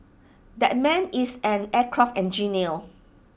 that man is an aircraft engineer